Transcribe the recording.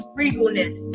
regalness